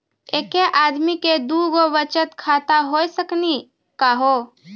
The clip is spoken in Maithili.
एके आदमी के दू गो बचत खाता हो सकनी का हो?